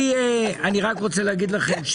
אני רוצה להגיד לכם,